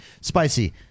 Spicy